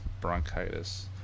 bronchitis